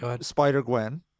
Spider-Gwen